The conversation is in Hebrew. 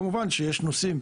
כמובן שיש נושאים,